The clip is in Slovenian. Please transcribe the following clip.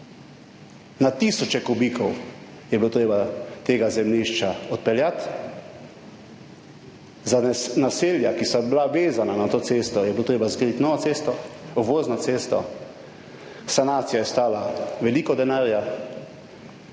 Na tisoče kubikov je bilo treba tega zemljišča odpeljati. Za naselja, ki so bila vezana na to cesto, je bilo treba zgraditi novo cesto, obvozno cesto. Sanacija je stala veliko denarja.